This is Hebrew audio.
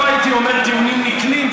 לא הייתי אומר "טיעונים נקלים",